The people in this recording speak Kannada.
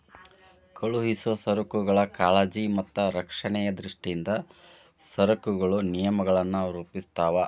ಕಳುಹಿಸೊ ಸರಕುಗಳ ಕಾಳಜಿ ಮತ್ತ ರಕ್ಷಣೆಯ ದೃಷ್ಟಿಯಿಂದ ಸರಕಾರಗಳು ನಿಯಮಗಳನ್ನ ರೂಪಿಸ್ತಾವ